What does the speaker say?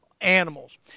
animals